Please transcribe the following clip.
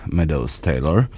Meadows-Taylor